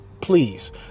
Please